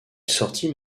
sortit